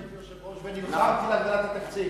כשהייתי בוועדת הכספים כיושב-ראש נלחמתי להגדלת הכספים.